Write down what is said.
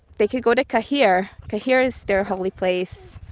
they can go to kahir. kahir is their holy place.